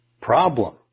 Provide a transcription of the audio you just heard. Problem